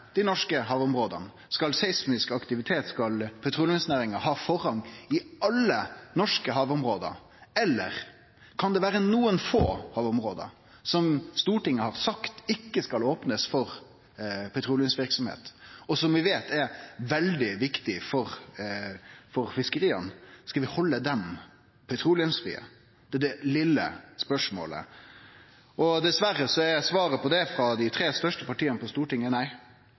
dei norske havområda? Skal seismisk aktivitet, skal petroleumsnæringa, ha forrang i alle norske havområde, eller kan det vere nokre få av områda som Stortinget har sagt ikkje skal opnast for petroleumsverksemd, og som vi veit er veldig viktig for fiskeria? Skal vi halde dei petroleumsfrie? Det er det «lille» spørsmålet. Dessverre er svaret på det frå dei tre største partia på Stortinget nei,